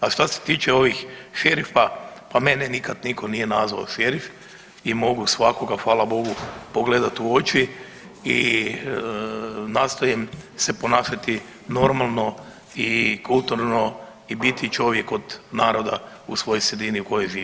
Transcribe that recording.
A šta se tiče ovih šerifa, pa mene nikad niko nije nazvao šerif i mogu svakoga hvala Bogu pogledat u oči i nastojim se ponašati normalno i kulturno i biti čovjek od naroda u svojoj sredini u kojoj živim i radim.